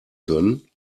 können